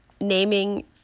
naming